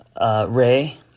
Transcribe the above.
Ray